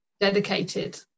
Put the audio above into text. dedicated